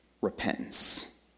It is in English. repentance